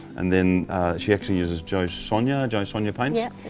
and then she actually uses jo sonja, jo sonja paints yep.